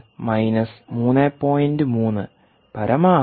3 പരമാവധി 0